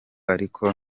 ariko